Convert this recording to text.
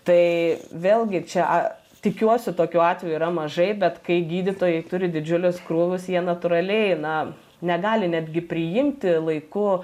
tai vėlgi čia a tikiuosi tokių atvejų yra mažai bet kai gydytojai turi didžiulius krūvius jie natūraliai na negali netgi priimti laiku